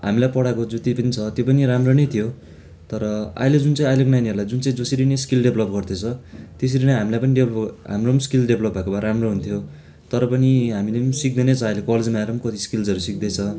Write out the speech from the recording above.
हामीलाई पढाएको जति पनि छ त्यो पनि राम्रो नै थियो तर अहिले जुच चाहिँ अहिलेको नानीहरूलाई जुन चाहिँ जसरी नि स्किल्स डेभलप गर्दैछ त्यसरी नै हामीलाई पनि डेभलप हाम्रो पनि स्किल डेभलप भएको भए राम्रो हुन्थ्यो तर पनि हामीले पनि सिक्दै नै छ अहिले कलेजमा आएर पनि कति स्किल्सहरू सिक्दैछ